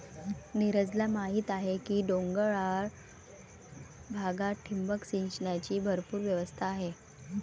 नीरजला माहीत आहे की डोंगराळ भागात ठिबक सिंचनाची भरपूर व्यवस्था आहे